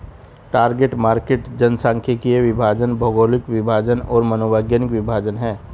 target market जनसांख्यिकीय विभाजन, भौगोलिक विभाजन और मनोवैज्ञानिक विभाजन हैं